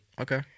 Okay